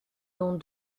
dans